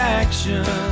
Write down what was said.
action